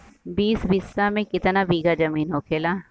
बीस बिस्सा में कितना बिघा जमीन होखेला?